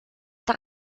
der